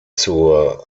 zur